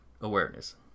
awareness